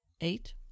Eight